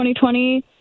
2020